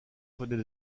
venait